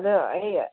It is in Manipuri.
ꯑꯗꯣ ꯑꯩ